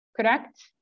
correct